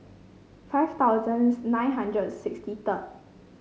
five thousand nine hundred sixty third